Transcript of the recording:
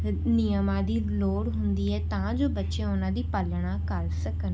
ਨਿਯਮਾਂ ਦੀ ਲੋੜ ਹੁੰਦੀ ਹੈ ਤਾਂ ਜੋ ਬੱਚੇ ਉਹਨਾਂ ਦੀ ਪਾਲਣਾ ਕਰ ਸਕਣ